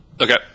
Okay